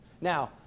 Now